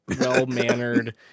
well-mannered